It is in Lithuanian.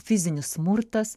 fizinis smurtas